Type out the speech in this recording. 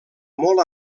molt